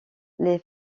les